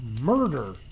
murder